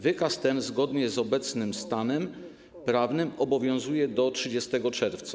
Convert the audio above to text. Wykaz ten zgodnie z obecnym stanem prawnym obowiązuje do 30 czerwca.